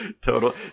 total